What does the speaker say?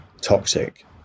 toxic